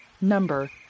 number